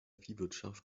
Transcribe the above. viehwirtschaft